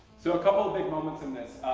so a couple of big moments in this,